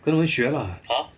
跟他学 lah